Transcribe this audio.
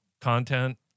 Content